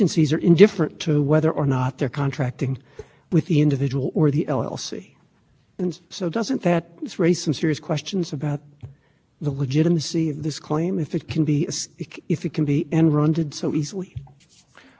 status of separate corporate personhood so while it does permit a person to set up a separate and the and have that entity enter into the contract that means that there